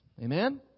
Amen